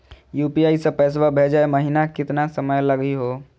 UPI स पैसवा भेजै महिना केतना समय लगही हो?